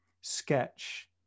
sketch